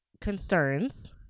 concerns